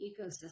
ecosystem